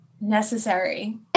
Necessary